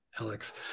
Alex